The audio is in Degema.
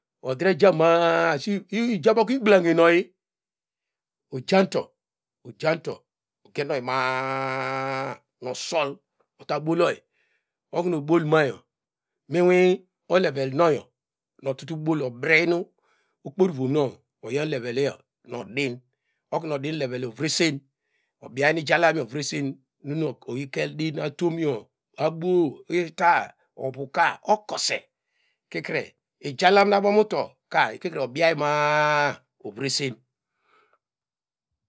Odrejama a ijabo iglema noyi ojanto ojanto okienoyi ma- a- a- a nu osol vata boloyi oknu obolmayo mi inwi olevlenoyo nu otutu bol obreyin okporvoni oyi olerelio nu odin okru odinilevd ovresen obyany inu ijala ovresen num oyi kel din atomyo abuo ita ovuka okose kitre ijalam nabo nu uto ka ikikre obiay ma- a- a ovresen.